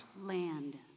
land